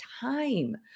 time